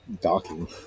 docking